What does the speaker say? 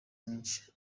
mwinshi